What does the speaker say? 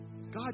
God